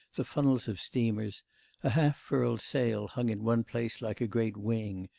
the funnels of steamers a half-furled sail hung in one place like a great wing,